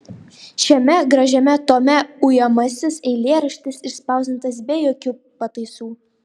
šiame gražiame tome ujamasis eilėraštis išspausdintas be jokių pataisų